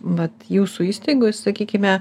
vat jūsų įstaigoj sakykime